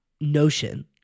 notion